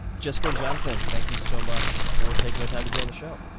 jessica and jonathan, thank you so much for taking the time to be on the show.